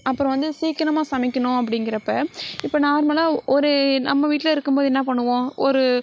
அப்புறம் வந்து சீக்கிரமாக சமைக்கணும் அப்டிபங்கிறப்ப இப்போ நார்மலாக ஒரு நம்ம வீட்டில் இருக்கும்போது என்ன பண்ணுவோம் ஒரு